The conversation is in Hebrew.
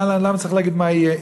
למה צריך להגיד מה יהיה?